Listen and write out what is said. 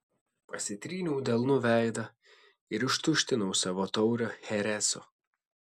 pasitryniau delnu veidą ir ištuštinau savo taurę chereso